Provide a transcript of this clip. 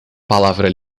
palavra